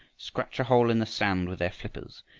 scratch a hole in the sand with their flippers,